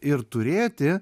ir turėti